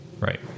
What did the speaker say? Right